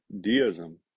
deism